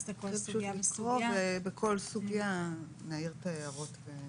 בכל סוגיה נעיר את ההערות.